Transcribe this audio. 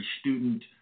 student